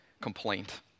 complaint